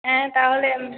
হ্যাঁ তাহলে